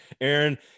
Aaron